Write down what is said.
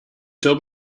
told